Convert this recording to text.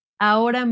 Ahora